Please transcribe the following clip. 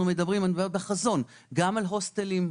אנחנו מדברים בחזון גם על הוסטלים,